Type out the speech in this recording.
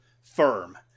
firm